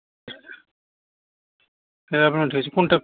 হ্যাঁ আপনার চয়েসই কোনটা